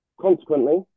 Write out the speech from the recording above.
Consequently